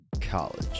college